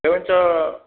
एवं च